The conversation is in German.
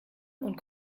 und